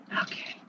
Okay